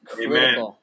Amen